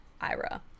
ira